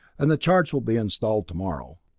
and the charts will be installed tomorrow.